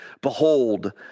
behold